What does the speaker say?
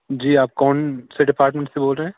جی آپ کون سے ڈپارٹمنٹ سے بول رہے ہیں